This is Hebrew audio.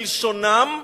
כלשונם,